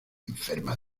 enferma